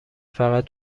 فقط